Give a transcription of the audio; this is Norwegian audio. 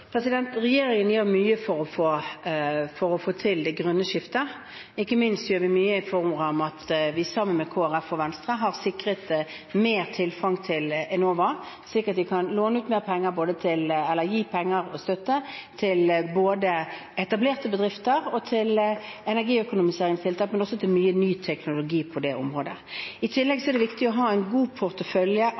Regjeringen gjør mye for å få til det grønne skiftet. Ikke minst gjør vi mye i form av at vi sammen med Kristelig Folkeparti og Venstre har sikret mer til Enova, slik at de kan gi penger og støtte til både etablerte bedrifter og energiøkonomiseringstiltak, men også til mye ny teknologi på dette området. I tillegg er det viktig å ha en god portefølje av